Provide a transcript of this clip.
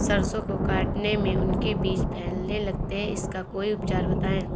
सरसो को काटने में उनके बीज फैलने लगते हैं इसका कोई उपचार बताएं?